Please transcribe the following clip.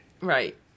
Right